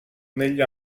negli